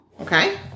Okay